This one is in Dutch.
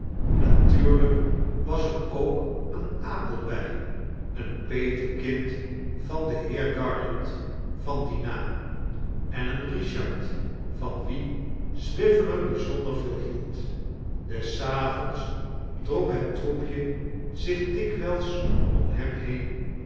natuurlijk was er ook een abel bij een petekind van den heer garland van dien naam en een richard van wien swiveller bijzonder veel hield des avonds drong het troepje zich dikwijls om hem heen